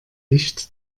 licht